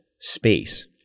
space